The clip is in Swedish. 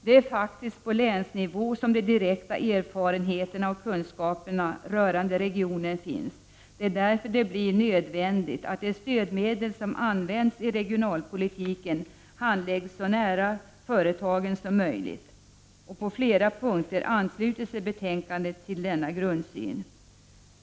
Det är faktiskt på länsnivå som de direkta erfarenheterna och kunskaperna rörande regionen finns. Därför blir det nödvändigt att de stödmedel som används i regionalpolitiken handläggs så nära företagen som möjligt. På flera punkter återfinns denna grundsyn i betänkandet.